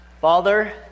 Father